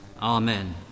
Amen